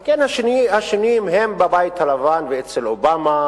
על כן השינויים הם בבית הלבן ואצל אובמה.